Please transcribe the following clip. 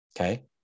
Okay